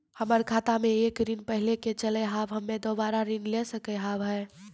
हमर खाता मे एक ऋण पहले के चले हाव हम्मे दोबारा ऋण ले सके हाव हे?